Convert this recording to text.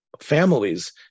families